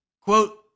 Quote